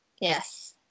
Yes